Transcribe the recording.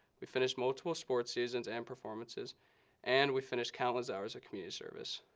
we finished multiple sports seasons and performances and we finished countless hours of community service.